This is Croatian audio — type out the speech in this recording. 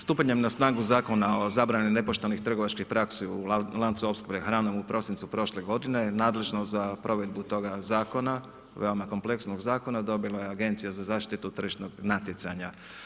Stupanjem na snagu ovog Zakona o zabrani nepoštenih trgovačkih praksi u lancu opskrbe hranom u prosincu prošle godine, nadležnost za provedbu toga zakona, veoma kompleksnog zakona, dobila je Agencija za zaštitu tržišnog natjecanja.